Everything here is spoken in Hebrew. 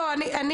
לא,